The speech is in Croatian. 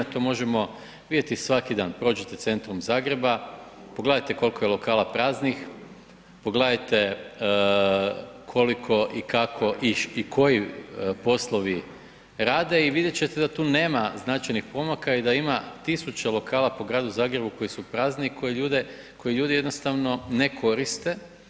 To možemo vidjeti svaki dan, prođete centrom Zagreba, pogledajte koliko je lokala praznih, pogledajte koliko i kako i koji poslovi rade i vidjet ćete da tu nema značajnih pomaka i da ima tisuće lokala po gradu Zagrebu koji su prazni i koje ljudi jednostavno ne koriste.